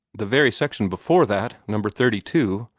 the very section before that, number thirty two,